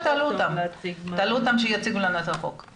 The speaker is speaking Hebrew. בענף החקלאות ובענף